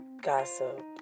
gossip